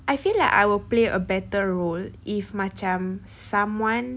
I feel like I will play a better role if macam someone